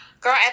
Girl